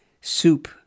soup